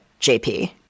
JP